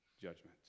judgment